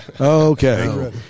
Okay